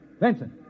Vincent